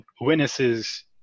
witnesses